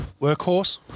Workhorse